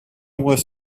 was